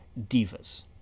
Divas